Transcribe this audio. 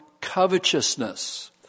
covetousness